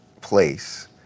place